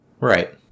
Right